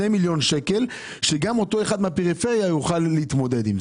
מיליון שקלים כך שגם אותו אחד מהפריפריה יוכל להתמודד.